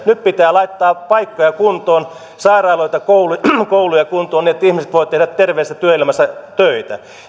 nyt pitää laittaa paikkoja kuntoon sairaaloita ja kouluja kuntoon niin että ihmiset voivat tehdä terveellisessä työelämässä töitä